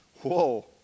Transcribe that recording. whoa